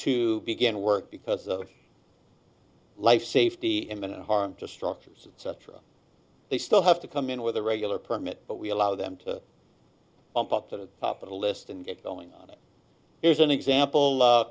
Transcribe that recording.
to begin work because life safety imminent harm to structures etc they still have to come in with a regular permit but we allow them to bump up to the top of the list and get going on it here's an example